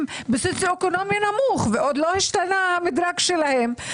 בסוציואקונומי נמוך ועוד לא השתנה המדרג שלהם.